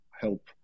help